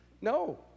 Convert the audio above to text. No